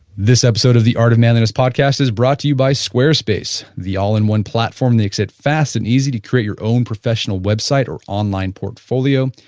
this episode of the art of manliness podcast is brought to you by squarespace, the all in one platform makes it fast and easy to create your own professional website or online portfolio,